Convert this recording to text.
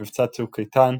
במבצע צוק איתן,